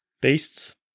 beasts